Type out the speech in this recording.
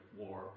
war